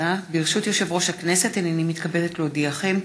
הינני מתכבדת להודיעכם,